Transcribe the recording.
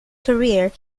career